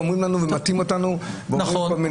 ואומרים לנו ומטעים אותנו ואמרים כל מיני דברים.